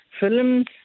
films